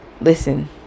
listen